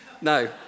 No